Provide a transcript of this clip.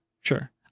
Sure